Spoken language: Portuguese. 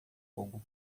fogo